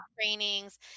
trainings